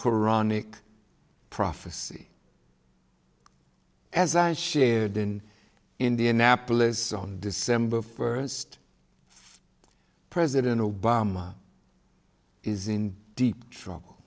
quranic prophecy as i shared in indianapolis on december first president obama is in deep trouble